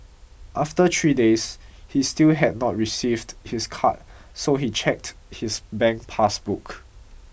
after three days he still had not received his card so he checked his bank pass book